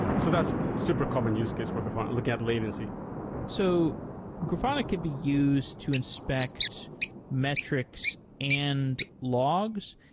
so that's super common use case for grafana, looking at latency so grafana could be used to inspect metrics and logs.